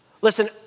listen